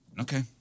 Okay